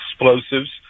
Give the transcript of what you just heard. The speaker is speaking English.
explosives